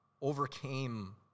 overcame